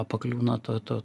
pakliūna to to